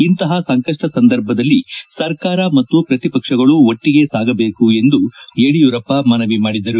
ಇಂತಪ ಸಂಕಪ್ಸ ಸಂದರ್ಭದಲ್ಲಿ ಸರ್ಕಾರ ಮತ್ತು ಪ್ರತಿಪಕ್ಷಗಳು ಒಟ್ಷಗೆ ಸಾಗಬೇಕು ಎಂದು ಯಡಿಯೂರಪ್ಪ ಮನವಿ ಮಾಡಿದರು